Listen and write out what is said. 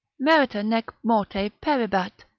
merita nec morte peribat,